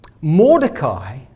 Mordecai